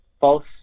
false